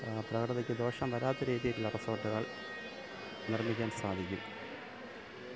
പ്രകൃതിക്ക് ദോഷം വരാത്ത രീതിയിലുളള റിസോട്ട്കൾ നിർമ്മിക്കാൻ സാധിക്കും